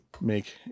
make